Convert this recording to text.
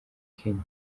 kenya